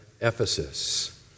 Ephesus